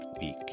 week